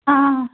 ఆ